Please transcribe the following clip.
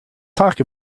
talk